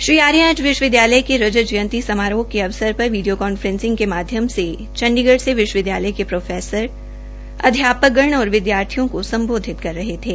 श्री आर्य आज विश्वविदयालय की रजत जंयती समारोह के अवसर पर वीडरून कांफ्रेंसिंग के माध्यम से चंडीगढ़ से विश्वविदयालय क प्रोफेसर अध्यापन और विदयार्थियों को सम्बोधित कर रहे थे